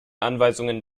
anweisungen